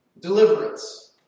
Deliverance